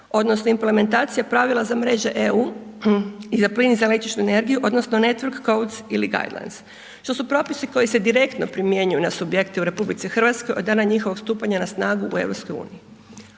odnosno implementacija pravila za mreže EU i za plin i za električnu energiju odnosno …/Govornik se ne razumije/…što su propisi koji se direktno primjenjuju na subjekte u RH od dana njihovog stupanja na snagu u EU.